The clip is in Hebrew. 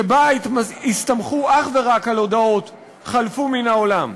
שבהם הסתמכו אך ורק על הודאות, חלפו מן העולם.